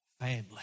family